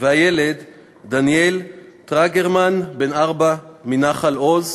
הילד דניאל טרגרמן, בן ארבע, מנחל-עוז.